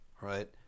Right